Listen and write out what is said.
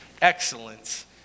excellence